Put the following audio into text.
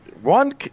One